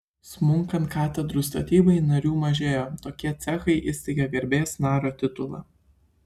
smunkant katedrų statybai narių mažėjo tokie cechai įsteigė garbės nario titulą